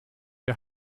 der